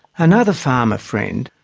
another farmer friend,